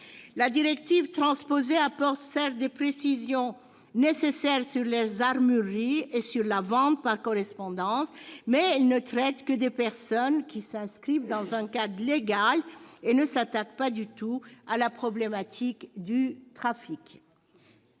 La directive transposée apporte certes des précisions nécessaires sur les armureries et sur la vente par correspondance, mais elle ne traite que des personnes s'inscrivant dans un cadre légal et ne s'attaque pas du tout à la problématique du trafic.